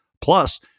plus